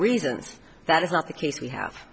reasons that is not the case we have